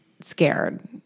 scared